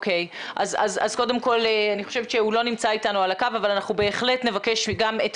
אני חושבת שהוא לא נמצא איתנו על הקו אבל אנחנו בהחלט נבקש גם את